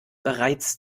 bereits